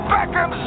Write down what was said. Beckham